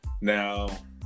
Now